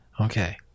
Okay